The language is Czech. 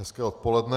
Hezké odpoledne.